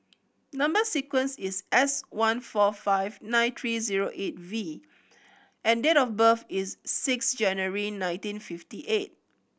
number sequence is S one four five nine three zero eight V and date of birth is six January nineteen fifty eight